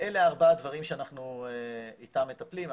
אלה ארבעה דברים שאנחנו איתם מטפלים.